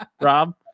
Rob